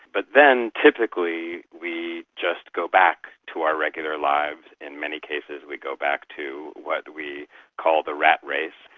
but then typically we just go back to our regular lives, in many cases we go back to what we call the rat race,